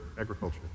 agriculture